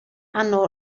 hanno